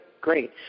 Great